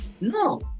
No